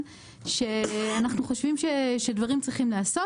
לציין שאנחנו חושבים שדברים צריכים להיעשות